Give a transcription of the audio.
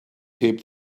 heb